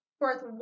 worth